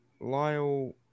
Lyle